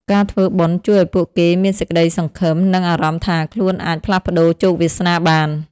ការធ្វើបុណ្យ ជួយឱ្យពួកគេមានសេចក្ដីសង្ឃឹម និងអារម្មណ៍ថាខ្លួនអាចផ្លាស់ប្ដូរជោគវាសនាបាន។